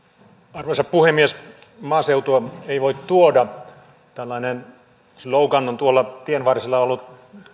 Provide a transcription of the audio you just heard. arvoisa puhemies maaseutua ei voi tuoda tällainen slogan on tuolla tienvarsilla ollut